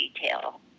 detail